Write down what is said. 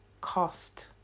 cost